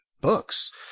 books